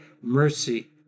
mercy